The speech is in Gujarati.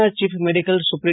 ના ચીફ મેડિકલ સુપરિ